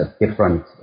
different